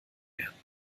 werden